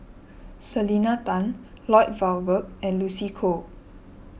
Selena Tan Lloyd Valberg and Lucy Koh